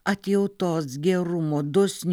atjautos gerumo dosnių